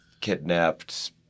kidnapped